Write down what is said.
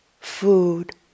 food